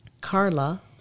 Carla